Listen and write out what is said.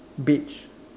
beige